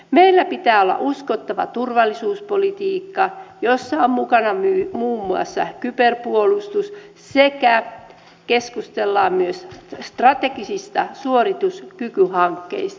meillä pitää olla uskottava turvallisuuspolitiikka jossa on mukana muun muassa kyberpuolustus sekä keskustelua myös strategisista suorituskykyhankkeista